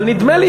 אבל נדמה לי